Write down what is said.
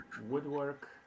Woodwork